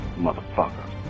motherfucker